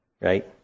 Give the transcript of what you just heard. right